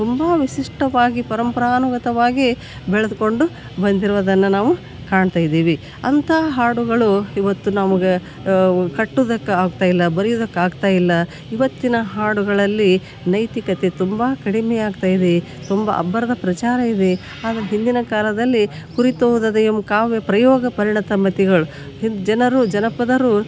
ತುಂಬ ವಿಶಿಷ್ಟವಾಗಿ ಪರಂಪರಾನುಗತವಾಗಿ ಬೆಳ್ದ್ಕೊಂಡು ಬಂದಿರುವುದನ್ನು ನಾವು ಕಾಣ್ತಾ ಇದ್ದೇವೆ ಅಂತ ಹಾಡುಗಳು ಇವತ್ತು ನಮ್ಗೆ ಕಟ್ಟುದಕ್ಕೆ ಆಗ್ತಾಯಿಲ್ಲ ಬರಿಯುದಕ್ಕೆ ಆಗ್ತಾಯಿಲ್ಲ ಇವತ್ತಿನ ಹಾಡುಗಳಲ್ಲಿ ನೈತಿಕತೆ ತುಂಬಾ ಕಡಿಮೆ ಆಗ್ತಾಯಿದೆ ತುಂಬ ಅಬ್ಬರದ ಪ್ರಚಾರ ಇವೆ ಆಗ ಹಿಂದಿನ ಕಾಲದಲ್ಲಿ ಕುರಿತೋದದಯಮ್ ಕಾವ್ಯ ಪ್ರಯೋಗ ಪರಣತ ಮತಿಗಳ್ ಹಿಂದ್ ಜನರು ಜನಪದರು